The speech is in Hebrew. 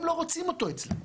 הם לא רוצים אותו אצלם.